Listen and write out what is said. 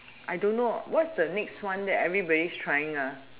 I don't know what is the next one that everybody is trying ah